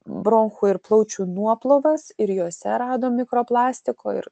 bronchų ir plaučių nuoplovas ir jose radom mikroplastiko ir